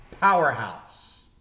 powerhouse